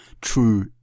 true